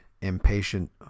impatient